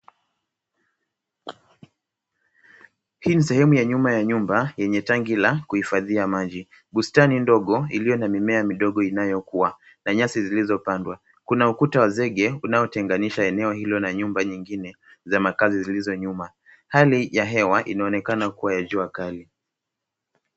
Hii ni sehemu ya nyuma ya nyumba yenye tanki la kuhifadhia maji. Bustani ndogo iliyo na mimea midogo inayokua na nyasi zilizopandwa. Kuna ukuta wa zege unaotenganisha eneo hilo na nyumba nyingine za makazi zilizo nyuma. Hali ya hewa inaonekana kuwa ya jua kali.